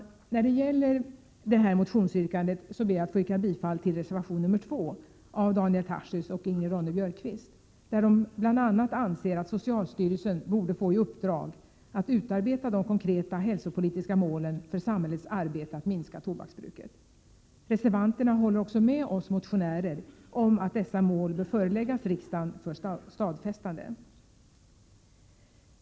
I fråga om det här motionsyrkandet ber jag att få yrka bifall till reservation nr 2 av Daniel Tarschys och Ingrid Ronne-Björkqvist, där de bl.a. anser att socialstyrelsen borde få i uppdrag att utarbeta de konkreta hälsopolitiska målen för samhällets arbete att minska tobaksbruket. Reservanterna håller också med oss motionärer om att dessa mål bör föreläggas riksdagen för stadfästande.